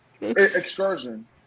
Excursion